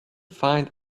find